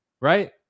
right